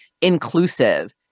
inclusive